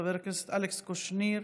חבר הכנסת אלכס קושניר,